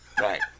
Right